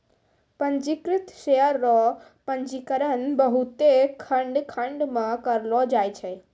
पंजीकृत शेयर रो पंजीकरण बहुते खंड खंड मे करलो जाय छै